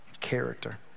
character